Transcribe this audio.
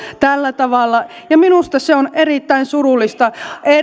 tällä tavalla ja minusta se on erittäin surullista